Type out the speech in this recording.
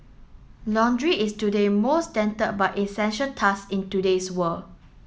laundry is today most but essential task in today's world